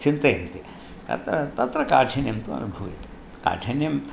चिन्तयन्ति तत्र तत्र काठिन्यं तु अनुभूयते काठिन्यम्